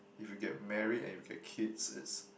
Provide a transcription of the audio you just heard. if you get married and you get kids it's